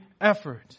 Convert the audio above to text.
effort